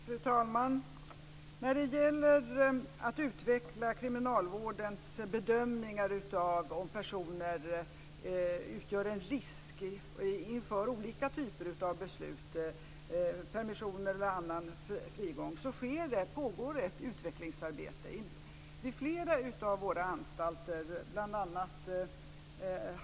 Fru talman! När det gäller kriminalvårdens bedömningar av om personer utgör en risk inför olika typer av beslut - permissioner eller annan frigång - pågår det ett utvecklingsarbete. Vid flera av våra anstalter, bl.a.